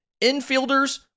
infielders